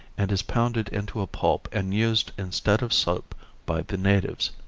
and is pounded into a pulp and used instead of soap by the natives.